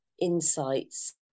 insights